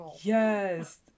Yes